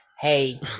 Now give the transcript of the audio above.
Hey